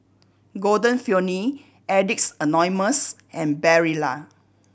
Golden Peony Addicts Anonymous and Barilla